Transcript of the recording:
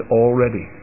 already